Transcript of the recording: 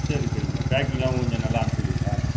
சரி சரி மேடம் பேக்கிங்லாம் கொஞ்சம் நல்லா அனுப்புச்சி விடுவீங்களா